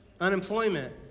unemployment